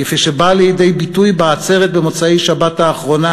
כפי שבא לידי ביטוי במוצאי שבת האחרונה